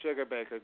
Sugarbaker